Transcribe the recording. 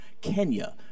Kenya